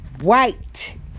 white